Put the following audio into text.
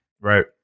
Right